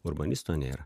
urbanisto nėra